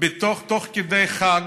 תוך כדי חג,